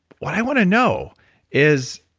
what i want to know is,